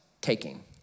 taking